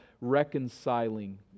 reconciling